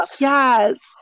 Yes